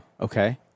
Okay